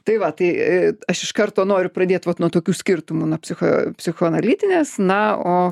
tai va tai aš iš karto noriu pradėt vat nuo tokių skirtumų nuo psicho psichoanalitinės na o